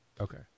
Okay